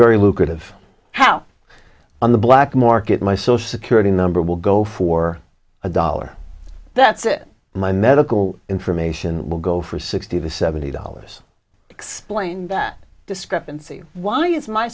very lucrative how on the black market my social security number will go for a dollar that's it my medical information will go for sixty to seventy dollars explain that discrepancy why is my